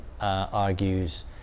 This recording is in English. argues